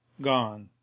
gone